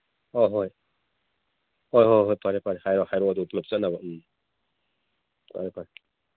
ꯍꯣꯏ ꯍꯣꯏ ꯍꯣꯏ ꯍꯣꯏ ꯍꯣꯏ ꯐꯔꯦ ꯐꯔꯦ ꯍꯥꯏꯔꯛꯑꯣ ꯑꯗꯨ ꯄꯨꯂꯞ ꯆꯠꯅꯕ ꯎꯝ ꯐꯔꯦ ꯐꯔꯦ